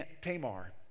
Tamar